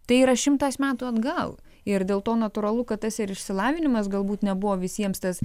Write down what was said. tai yra šimtas metų atgal ir dėl to natūralu kad tas ir išsilavinimas galbūt nebuvo visiems tas